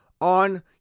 on